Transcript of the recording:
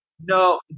No